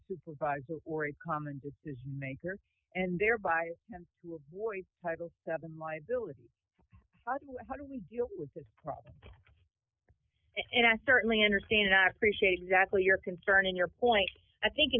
supervisor or a common decision maker and thereby tend to avoid title seven liability how do you how do we deal with this problem and i certainly understand i appreciate exactly your concern and your point i think